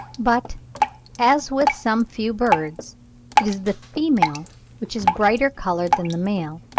but as with some few birds it is the female which is brighter coloured than the male,